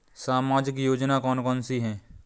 सामाजिक योजना कौन कौन सी हैं?